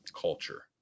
culture